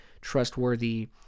trustworthy